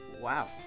Wow